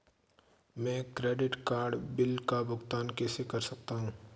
मैं credit card bill का भुगतान कैसे कर सकता हूं?